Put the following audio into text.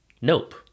nope